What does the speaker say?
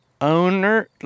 owner